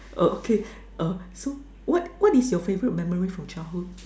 uh okay uh so what what is your favorite memory from childhood